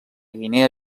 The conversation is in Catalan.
guinea